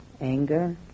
anger